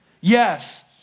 Yes